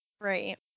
Right